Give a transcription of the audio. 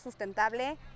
Sustentable